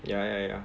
ya ya ya